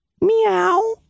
Meow